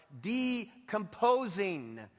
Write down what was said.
decomposing